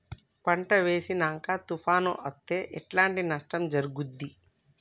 పంట వేసినంక తుఫాను అత్తే ఎట్లాంటి నష్టం జరుగుద్ది?